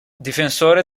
difensore